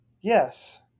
Yes